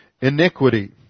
iniquity